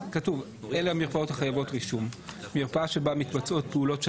אלה מרפאות החייבות רישום: מרפאה שבה מתבצעות פעולות של